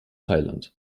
thailand